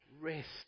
rest